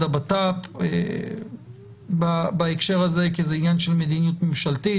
הבט"פ בהקשר הזה כי זה עניין של מדיניות ממשלתית,